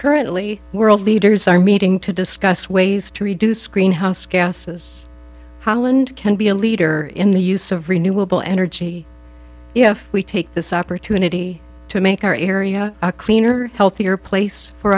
currently world leaders are meeting to discuss ways to reduce greenhouse gases holland can be a leader in the use of renewable energy if we take this opportunity to make our area a cleaner healthier place for